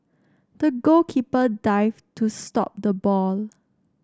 the goalkeeper dived to stop the ball